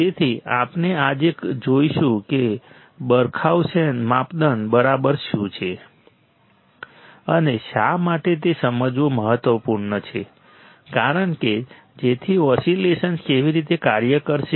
તેથી આપણે આજે જોઈશું કે બરખાઉસેન માપદંડ બરાબર શું છે અને શા માટે તે સમજવું મહત્વપૂર્ણ છે કે જેથી ઓસિલેશન્સ કેવી રીતે કાર્ય કરશે